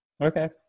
Okay